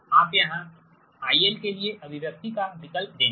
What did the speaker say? आप यहाँ IL के लिए अभिव्यक्ति का विकल्प देंगे